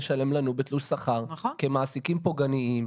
לשלם לנו בתלוש שכר כמעסיקים פוגעניים.